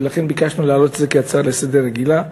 ולכן ביקשנו להעלות את זה כהצעה לסדר-היום רגילה,